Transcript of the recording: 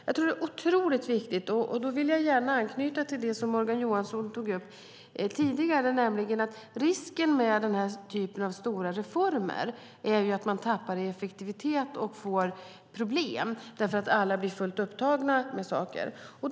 Jag tror att det är oerhört viktigt - då vill jag gärna anknyta till det som Morgan Johansson tog upp tidigare - att vara medveten om att risken med den här typen av stora reformer är att man tappar i effektivitet och får problem eftersom alla blir fullt upptagna med det arbetet.